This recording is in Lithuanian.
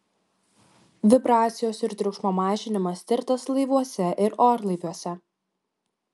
vibracijos ir triukšmo mažinimas tirtas laivuose ir orlaiviuose